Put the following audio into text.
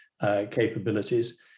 capabilities